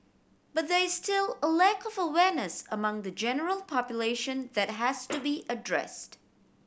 but there is still a lack of awareness among the general population that has to be addressed